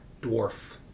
dwarf